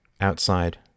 Outside